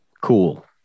Cool